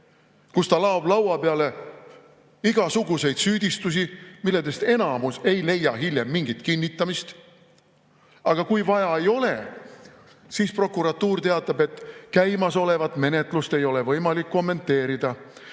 kus ta laob laua peale igasuguseid süüdistusi, millest enamik ei leia hiljem mingit kinnitamist. Aga kui vaja ei ole, siis prokuratuur teatab, et käimasolevat menetlust ei ole võimalik kommenteerida,